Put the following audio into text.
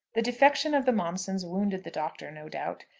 the defection of the momsons wounded the doctor, no doubt.